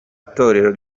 itorero